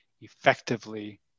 effectively